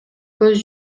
көз